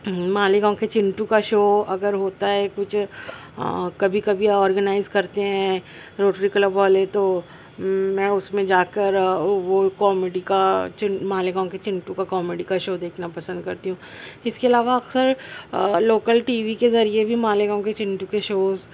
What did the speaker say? مالیگاؤں کے چنٹو کا شو اگر ہوتا ہے کچھ کبھی کبھی آرگنائز کرتے ہیں روٹری کلب والے تو میں اس میں جا کر وہ کامیڈی کا چن مالیگاؤں کے چنٹو کا کامیڈی کا شو دیکھنا پسند کرتی ہوں اس کے علاوہ اکثر لوکل ٹی وی کے ذریعہ بھی مالیگاؤں کے چنٹو کے شوز